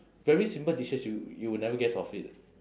very simple dishes you you will never guess of it